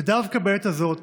ודווקא בעת הזאת